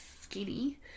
skinny